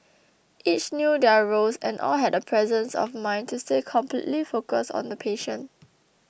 each knew their roles and all had the presence of mind to stay completely focused on the patient